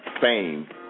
fame